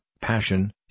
passion